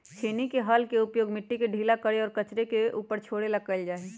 छेनी के हल के उपयोग मिट्टी के ढीला करे और कचरे के ऊपर छोड़े ला कइल जा हई